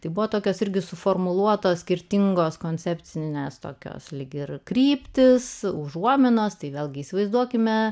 tai buvo tokios irgi suformuluotos skirtingos koncepcinės tokios lyg ir kryptis užuominos tai vėlgi įsivaizduokime